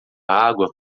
água